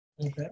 Okay